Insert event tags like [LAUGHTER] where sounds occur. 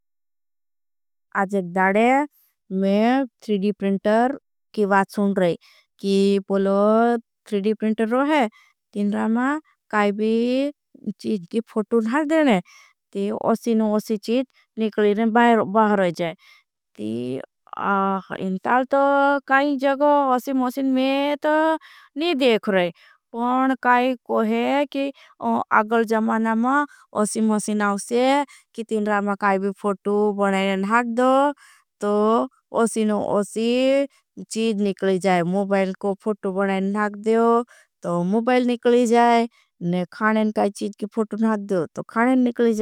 आज एक दाड़े में प्रिंटर की वाद सुन रहे हैं की पोलो प्रिंटर रहे। तिन्रा मा काई भी चीज की फोटो ढाल देने ती ओसी नो ओसी। चीज निकली रहें बाहर रहें जाएं ती इन [HESITATION] ताल। तो काईं जगों ओसी मौसीन में तो नहीं देख रहें पर काई कोहें। की आगल जमाना मा ओसी मौसीन आ उसे की तिन्रा मा। काई भी फोटो बनारें भाग दो तो ओसी नो ओसी चीज निकली। जाएं मुबाल को फोटो बनारें भाग देओ तो मुबाल निकली। जाएं ने खानें काई चीज की फोटो नार देओ।